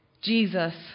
Jesus